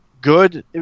good